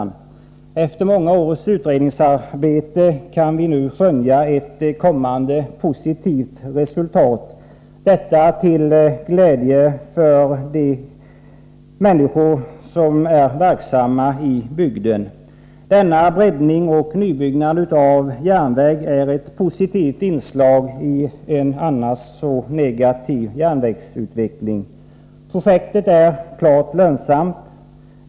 Efter många års utredningsarbete kan vi nu skönja ett kommande positivt resultat — detta till glädje för de människor som är verksamma i bygden. Denna breddning och nybyggnad av järnväg är ett positivt inslag i en annars så negativ järnvägsutveckling. Detta projekt är klart lönsamt.